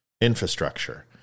infrastructure